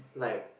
like